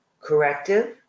corrective